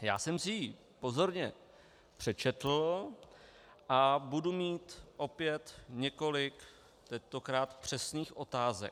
Já jsem si ji pozorně přečetl a budu mít opět několik, tentokrát přesných, otázek.